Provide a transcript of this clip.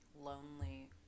lonely